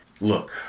Look